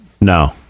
No